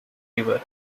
river